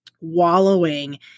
wallowing